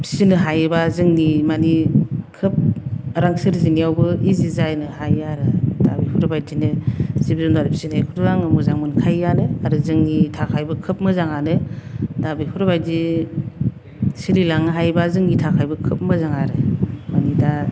फिसिनो हायोबा जोंनि मानि खोब रां सोरजिनायावबो इजि जानो हायो आरो दा बेफोरबायदिनो जिब जुनार फिसिनायखौथ' आं मोजां मोनखायोआनो आरो जोंनि थाखायबो खोब मोजाङानो दा बेफोरबायदि सोलिलांनो हायोबा जोंनि थाखायबो खोब मोजां आरो मानि दा